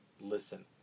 listen